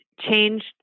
changed